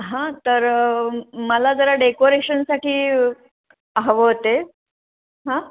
हां तर मला जरा डेकोरेशनसाठी हवं होते हां